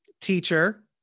teacher